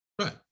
Right